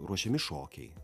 ruošiami šokiai